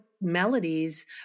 melodies